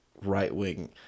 right-wing